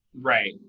Right